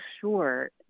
sure